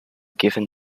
given